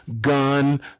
gun